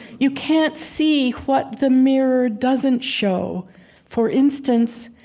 you can't see what the mirror doesn't show for instance,